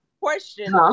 question